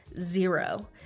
Zero